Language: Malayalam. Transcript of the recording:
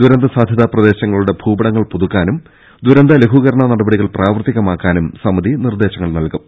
ദുരന്ത സാധ്യതാ പ്രദേശങ്ങ ളുടെ ഭൂപടങ്ങൾ പുതുക്കാനും ദുരന്ത ലഘൂകരണ നടപടികൾ പ്രാവർത്തികമാക്കാനും സമിതി നിർദേശങ്ങൾ നൽകും